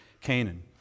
Canaan